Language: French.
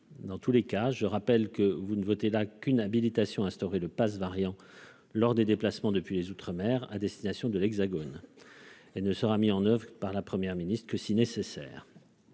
dans tous les cas, je rappelle que vous ne votez là qu'une habilitation instaurer le Pass variant lors des déplacements depuis les outre-mer à destination de l'Hexagone ne sera mis en oeuvre par la première ministre que si nécessaire,